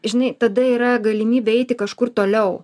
žinai tada yra galimybė eiti kažkur toliau